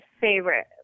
favorite